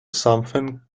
something